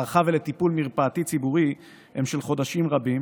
ולטיפול מרפאתי ציבורי הם של חודשים רבים,